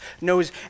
knows